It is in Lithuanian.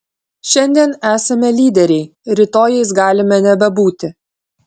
šiandien esame lyderiai rytoj jais galime nebebūti